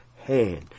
hand